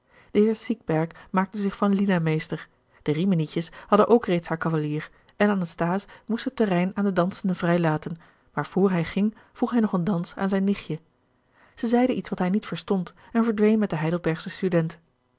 de heer siegberg maakte zich van lina meester de riminietjes hadden ook reeds haar cavalier en anasthase moest het terrein aan de dansenden vrijlaten maar vr hij ging vroeg hij nog een dans aan zijn nichtje zij zeide iets wat hij niet verstond en verdween met den heidelbergschen student